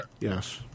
Yes